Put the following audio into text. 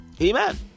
Amen